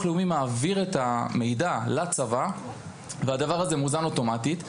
לאומי מעביר את המידע לצבא והדבר הזה מוזן אוטומטית.